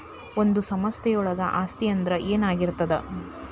ಒಂದು ಸಂಸ್ಥೆಯೊಳಗ ಆಸ್ತಿ ಅಂದ್ರ ಏನಾಗಿರ್ತದ?